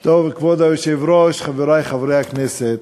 כבוד היושב-ראש, חברי חברי הכנסת,